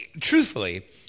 truthfully